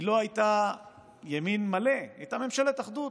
היא לא הייתה ימין מלא, היא הייתה ממשלת אחדות.